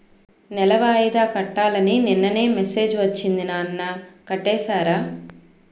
నెల వాయిదా కట్టాలని నిన్ననే మెసేజ్ ఒచ్చింది నాన్న కట్టేసారా?